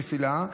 נפילה,